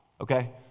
okay